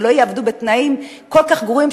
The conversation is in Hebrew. שלא יעבדו בתנאים כל כך גרועים,